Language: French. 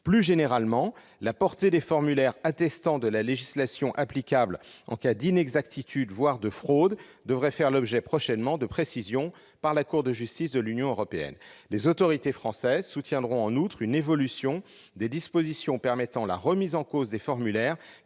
Plus généralement, la portée des formulaires attestant de la législation applicable en cas d'inexactitude, voire de fraude, devrait faire l'objet prochainement de précisions par la Cour de justice de l'Union européenne. Les autorités françaises soutiendront en outre une évolution des dispositions permettant la remise en cause des formulaires